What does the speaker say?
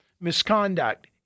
misconduct